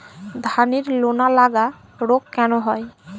ধানের লোনা লাগা রোগ কেন হয়?